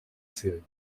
série